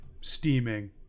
steaming